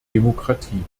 demokratie